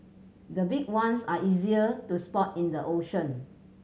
the big ones are easier to spot in the ocean